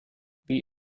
wie